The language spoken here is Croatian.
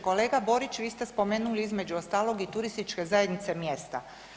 Kolega Borić, vi ste spomenuli, između ostalog i turističke zajednice mjesta.